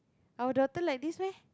our daughter like this meh